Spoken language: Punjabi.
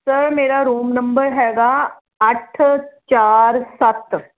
ਸਰ ਮੇਰਾ ਰੂਮ ਨੰਬਰ ਹੈਗਾ ਅੱਠ ਚਾਰ ਸੱਤ